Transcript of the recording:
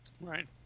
Right